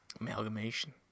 Amalgamation